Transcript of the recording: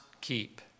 keep